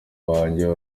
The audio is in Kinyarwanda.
wanjye